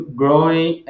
growing